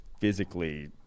physically